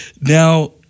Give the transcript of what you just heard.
Now